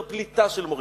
פליטה של מורים?